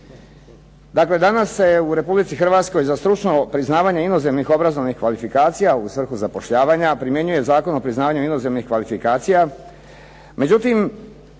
Dakle, danas se u Republici Hrvatskoj za stručno priznavanje inozemnih obrazovnih kvalifikacija u svrhu zapošljavanja primjenjuje Zakon o priznavanju inozemnih kvalifikacija.